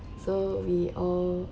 so we all